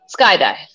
skydive